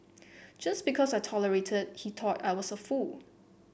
just because I tolerated he thought I was a fool